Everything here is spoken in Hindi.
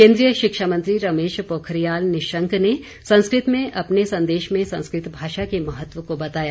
केन्द्रीय शिक्षा मंत्री रमेश पोखरियाल निशंक ने संस्कृ त में अपने संदेश में संस्कृत भाषा के महत्व को बताया